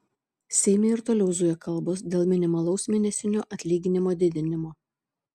seime ir toliau zuja kalbos dėl minimalaus mėnesinio atlyginimo didinimo